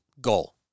goal